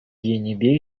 енӗпе